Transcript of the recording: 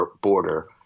border